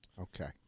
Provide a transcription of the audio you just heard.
Okay